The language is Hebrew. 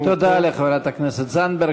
תודה לחבר הכנסת זנדברג.